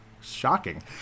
Shocking